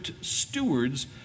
stewards